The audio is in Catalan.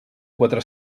quatre